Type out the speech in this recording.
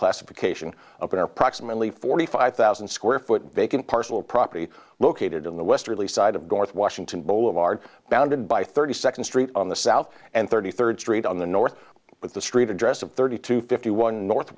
classification upon our proximately forty five thousand square foot vacant parcel property located in the westerly side of garth washington boulevard bounded by thirty second street on the south and thirty third street on the north with the street address of thirty two fifty one north